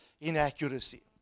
inaccuracy